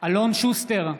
אלון שוסטר,